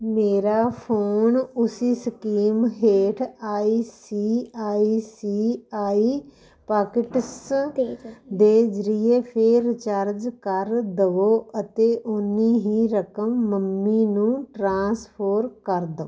ਮੇਰਾ ਫੋਨ ਉਸੀ ਸਕੀਮ ਹੇਠ I C I C I pockets ਦੇ ਜ਼ਰੀਏ ਫੇਰ ਰਿਚਾਰਜ ਕਰ ਦਵੋ ਅਤੇ ਓਹਨੀ ਹੀ ਰਕਮ ਮੰਮੀ ਨੂੰ ਟ੍ਰਾਂਸਫੋਰ ਕਰ ਦਵੋ